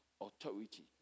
authority